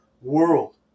world